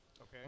Okay